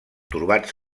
trobats